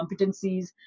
competencies